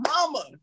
mama